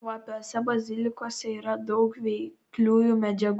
kvapiuosiuose bazilikuose yra daug veikliųjų medžiagų